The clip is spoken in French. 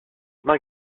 marc